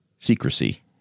secrecy